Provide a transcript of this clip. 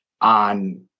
on